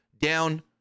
down